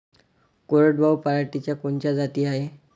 कोरडवाहू पराटीच्या कोनच्या जाती हाये?